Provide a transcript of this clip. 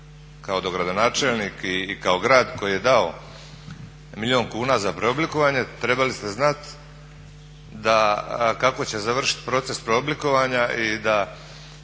kao dogradonačelnik i kao grad koji je dao milijun kuna za preoblikovanje trebali ste znati da kako će završiti proces preoblikovanja i da